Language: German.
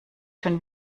schon